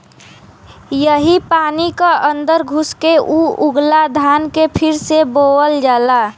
यही पानी क अन्दर घुस के ऊ उगला धान के फिर से बोअल जाला